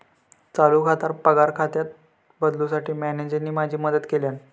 चालू खाता पगार खात्यात बदलूंसाठी मॅनेजरने माझी मदत केल्यानं